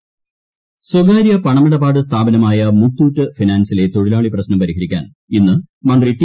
സ്വകാര്യ പണമിടപാട് സ്വകാര്യ പണമിടപാട് സ്ഥാപനമായ മുത്തൂറ്റ് ഫിനാൻസിലെ തൊഴിലാളി പ്രശ്നം പരിഹരിക്കാൻ ഇന്ന് മന്ത്രി ടി